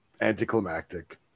Anticlimactic